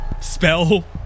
spell